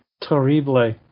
terrible